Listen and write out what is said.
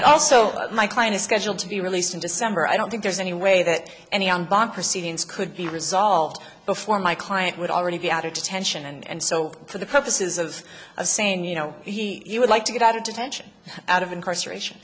but also my client is scheduled to be released in december i don't think there's any way that any on bond proceedings could be resolved before my client would already be added to tension and so for the purposes of a sane you know you would like to get out of detention out of incarceration